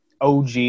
OG